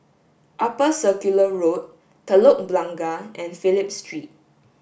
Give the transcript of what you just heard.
Upper Circular Road Telok Blangah and Phillip Street